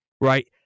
right